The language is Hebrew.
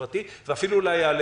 אולי זה יעלה